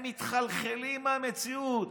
הם מתחלחלים מהמציאות